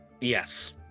Yes